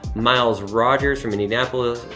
miles rogers from indianapolis,